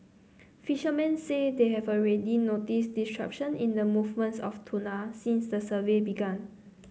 fishermen say they have already noticed disruption in the movements of tuna since the survey began